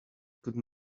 could